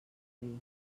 dir